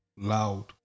loud